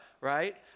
right